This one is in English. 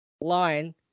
Line